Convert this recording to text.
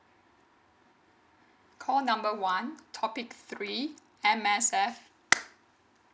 call number one topic three M_S_F